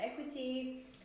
equity